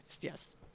Yes